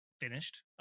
finished